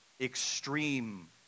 extreme